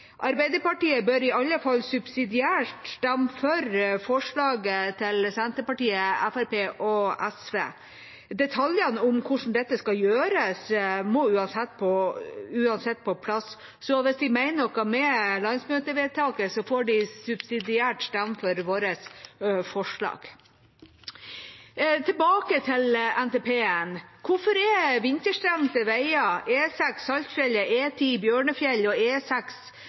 Arbeiderpartiet bør i alle fall subsidiært stemme for forslaget til Senterpartiet, Fremskrittspartiet og SV. Detaljene rundt hvordan dette skal gjøres, må uansett på plass, så hvis de mener noe med landsmøtevedtaket, får de subsidiært stemme for vårt forslag. Tilbake til NTP-en: Hvorfor er vinterstengte veier, E6 Saltfjellet, E10 Bjørnfjell og